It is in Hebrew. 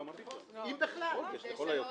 לא, מה פתאום?! לכל היותר.